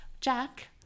Jack